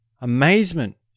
amazement